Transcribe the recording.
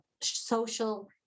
social